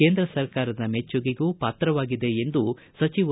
ಕೇಂದ್ರ ಸರ್ಕಾರದ ಮೆಚ್ಚುಗೆಗೂ ಪಾತ್ರವಾಗಿದೆ ಎಂದು ಸಚಿವ ಕೆ